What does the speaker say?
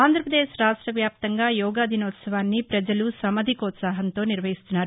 ఆంధ్రాపదేశ్ రాష్ట వ్యాప్తంగా యోగా దినోత్సవాన్ని ప్రజలు సమధికోత్సాహంతో నిర్వహిస్తున్నారు